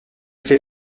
fait